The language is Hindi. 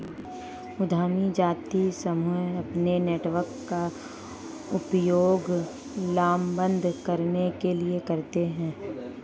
उद्यमी जातीय समूह अपने नेटवर्क का उपयोग लामबंद करने के लिए करते हैं